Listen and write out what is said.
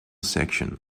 section